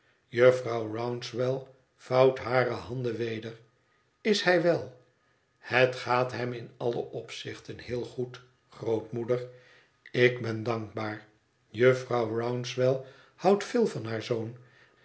jufvrouw rouncewell vouwt hare handen weder is hij wel het gaat hem in alle opzichten heel goed grootmoeder ik ben dankbaar jufvrouw rouncewell houdt veel van haar zoon